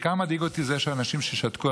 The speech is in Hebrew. בעיקר מדאיג אותי זה האנשים ששתקו.